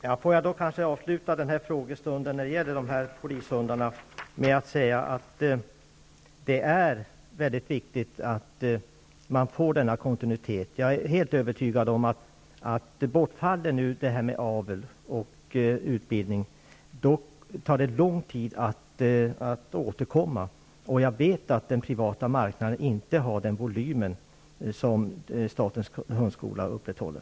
Herr talman! Jag får kanske avsluta den här frågedebatten om polishundarna med att säga att det är mycket viktigt att man får en kontinuitet. Jag är helt övertygad om att ifall avel och utbildning bortfaller kommer det att ta lång tid att återkomma. Jag vet att den privata marknaden inte har den volym som statens hundskola upprätthåller.